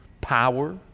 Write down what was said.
power